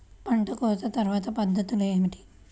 పంట కోత తర్వాత పద్ధతులు ఏమిటి?